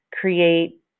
create